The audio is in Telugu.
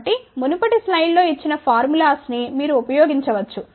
కాబట్టి మునుపటి స్లైడ్లో ఇచ్చిన ఫార్ములాస్ ని మీరు ఉపయోగించవచ్చు